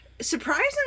surprisingly